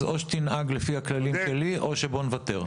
אז או שתנהג לפי הכללים שלי או שבוא נוותר.